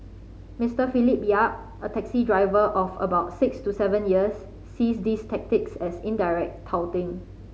Mister Philip Yap a taxi driver of about six to seven years sees these tactics as indirect touting